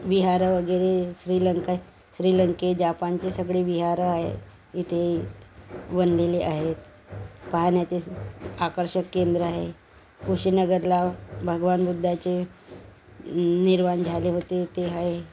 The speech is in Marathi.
विहारं वगैरे श्रीलंका श्रीलंके जपानचे सगळे विहारं आहे इथे बनलेले आहेत पाहण्याचे आकर्षक केंद्र आहे कुशीनगरला भगवान बुद्धाचे निर्वाण झाले होते ते आहे